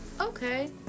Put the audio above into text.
Okay